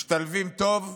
משתלבים טוב,